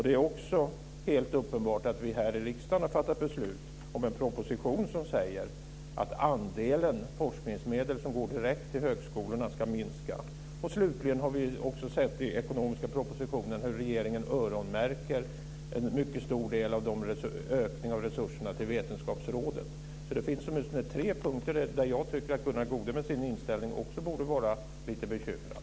Det är också helt uppenbart att vi här i riksdagen har fattat beslut om en proposition som säger att andelen forskningsmedel som går direkt till högskolorna ska minska. Slutligen har vi också sett i den ekonomiska propositionen hur regeringen öronmärker en mycket stor del av ökningen av resurserna till Vetenskapsrådet. Det finns alltså åtminstone tre punkter där jag tycker att Gunnar Goude med sin inställning också borde vara lite bekymrad.